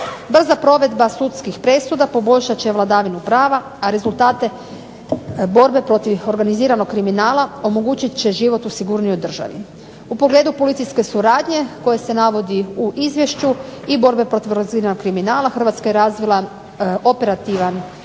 Brza provedba sudskih presuda poboljšat će vladavinu prava, a rezultate borbe protiv organiziranog kriminala omogućit će život u sigurnijoj državi. U pogledu policijske suradnje koja se navodi u izvješću i borbe protiv organiziranog kriminala Hrvatska je razvila visoko operativan model